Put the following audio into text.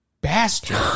bastard